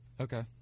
Okay